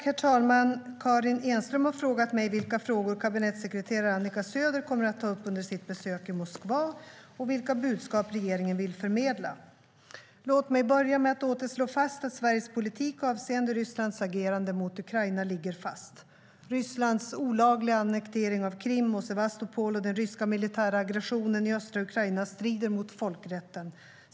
Herr talman! Karin Enström har frågat mig vilka frågor kabinettssekreterare Annika Söder kommer att ta upp under sitt besök i Moskva och vilka budskap regeringen vill förmedla. Låt mig börja med att åter slå fast att Sveriges politik avseende Rysslands agerande mot Ukraina ligger fast. Rysslands olagliga annektering av Krim och Sevastopol och den ryska militära aggressionen i östra Ukraina strider mot folkrätten.